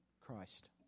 Christ